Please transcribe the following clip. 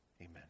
Amen